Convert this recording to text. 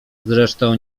zresztą